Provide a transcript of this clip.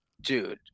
Dude